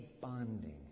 bonding